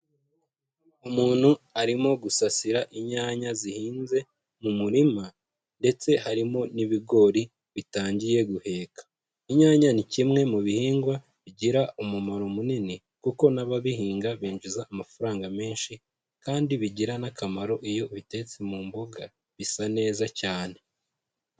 Umuntu arimo gusasira inyanya zihinze, mu murima ndetse harimo n'ibigori bitangiye guheka. Inyanya ni kimwe mu bihingwa bigira umumaro munini, kuko n'ababihinga binjiza amafaranga menshi kandi bigira n'akamaro iyo bitetse mu mboga bisa neza cyane.